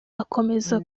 akomeza